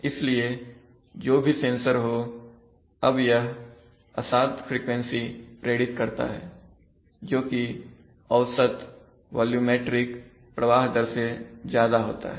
इसलिए जो भी सेंसर होअब यह अशांत फ्रीक्वेंसी प्रेरित करता है जोकि औसत वॉल्यूमैट्रिक प्रवाह दर से ज्यादा होता है